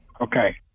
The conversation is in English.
Okay